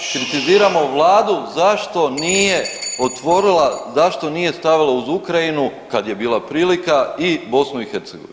Kritiziramo Vladu zašto nije otvorila, zašto nije stavila uz Ukrajinu, kad je bila prilika i BiH.